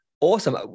awesome